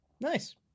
nice